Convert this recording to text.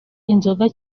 inzoga